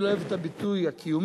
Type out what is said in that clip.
אני לא אוהב את הביטוי "קיומי".